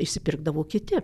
išsipirkdavo kiti